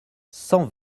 cent